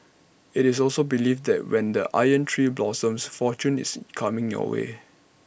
IT is also believed that when the iron tree blossoms fortune is coming your way